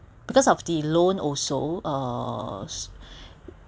because of the loan also uh